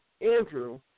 Andrew